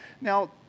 Now